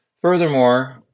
furthermore